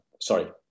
sorry